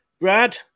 Brad